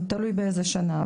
תלוי באיזה שנה.